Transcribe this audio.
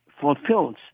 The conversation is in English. fulfills